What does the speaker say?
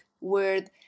word